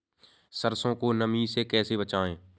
सरसो को नमी से कैसे बचाएं?